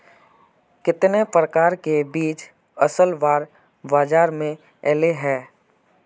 कितने प्रकार के बीज असल बार बाजार में ऐले है?